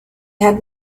had